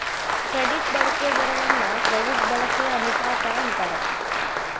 credit ಬಳಕೆ ದರವನ್ನ credit ಬಳಕೆಯ ಅನುಪಾತ ಅಂತಾರ